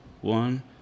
one